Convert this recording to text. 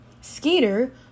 Skeeter